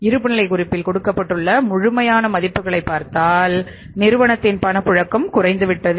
ஆனால் இருப்புநிலைக் குறிப்பில் கொடுக்கப்பட்டுள்ள முழுமையான மதிப்புகளைப் பார்த்தால் நிறுவனத்தின் பணப்புழக்கம் குறைந்துவிட்டது